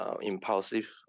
impulsive